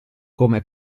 come